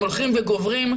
הם הולכים וגוברים.